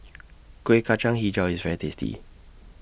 Kuih Kacang Hijau IS very tasty